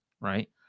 right